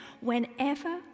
Whenever